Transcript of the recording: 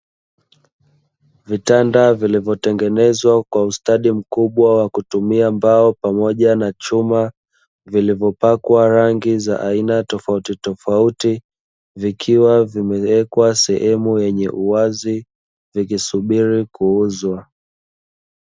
Vitanda vilivyotengenezwa kwa ustadi mkubwa wa kutumia mbao pamoja na chuma, vilivyopakwa rangi za aina tofautitofauti, vikiwa vimewekwa sehemu yenye uwazi; vikisubiri kuuzwa.